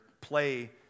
play